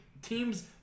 teams